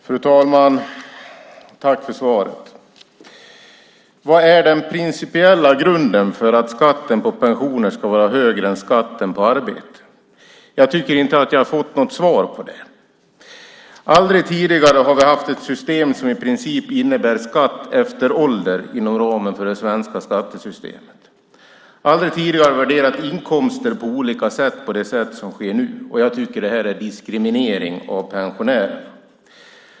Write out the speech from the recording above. Fru talman! Tack för svaret. Vad är den principiella grunden för att skatten på pensioner ska vara högre än skatten på arbete? Jag tycker inte att jag har fått något svar på det. Aldrig tidigare har vi haft ett system som i princip innebär skatt efter ålder inom ramen för det svenska skattesystemet. Aldrig tidigare har inkomster värderats olika på det sätt som sker nu, och jag tycker att det här är diskriminering av pensionärer.